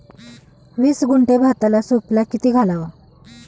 वीस गुंठे भाताला सुफला किती घालावा?